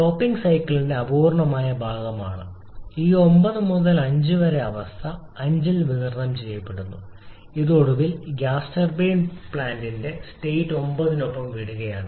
topping സൈക്കിളിന്റെ അപൂർണ്ണമായ ഭാഗമാണ് ഈ 9 മുതൽ 5 വരെ അവസ്ഥ 5 ൽ വിതരണം ചെയ്യുന്നു ഇത് ഒടുവിൽ ഗ്യാസ് ടർബൈൻ പ്ലാന്റിനെ സ്റ്റേറ്റ് 9 നൊപ്പം വിടുകയാണ്